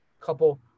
couple